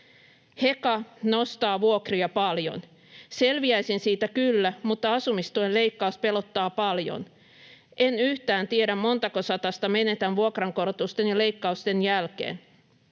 ”Heka nostaa vuokria paljon. Selviäisin siitä kyllä, mutta asumistuen leikkaus pelottaa paljon. En yhtään tiedä, montako satasta menetän vuokrankorotusten ja leikkausten jälkeen.